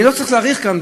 אני לא צריך להאריך כאן,